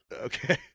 Okay